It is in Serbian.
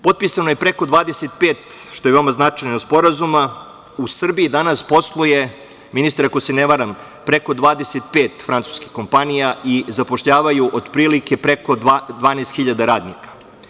Potpisano je preko 25 sporazuma, što je veoma značajno, u Srbiji danas posluje, ministre, ako se ne varam, preko 25 francuskih kompanija i zapošljavaju otprilike preko 12.000 radnika.